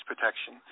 protection